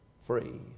free